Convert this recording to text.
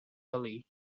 ballet